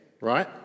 right